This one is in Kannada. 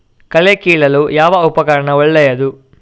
ಕಳೆ ಕೀಳಲು ಯಾವ ಉಪಕರಣ ಒಳ್ಳೆಯದು?